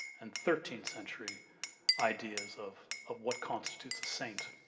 and thirteenth century ideas of of what constitutes a saint.